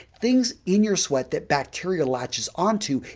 things in your sweat that bacteria latches onto,